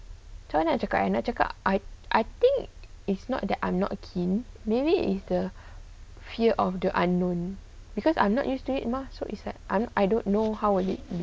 macam mana nak cakap eh I I think it's not that I'm not keen maybe it's the fear of the unknown because I'm not used to it mah so it's like I'm I don't know how will it